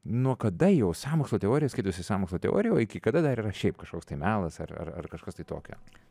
nuo kada jau sąmokslo teorija skaitosi sąmokslo teorija o iki kada dar yra šiaip kažkoks tai melas ar ar kažkas tai tokio